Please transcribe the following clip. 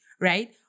right